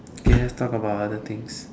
okay let's talk about other things